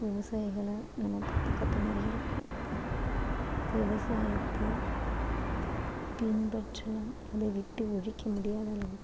விவசாயிகளை நம்ம பாதுகாத்த மாதிரியும் இருக்கும் விவசாயத்தை பின்பற்றலாம் அதை விட்டு ஒழிக்க முடியாத அளவுக்கு